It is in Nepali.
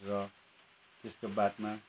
र त्यसको बादमा